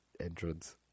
entrance